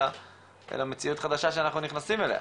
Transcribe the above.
אלא זאת מציאות חדשה שאנחנו נכנסים אליה.